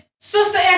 Sister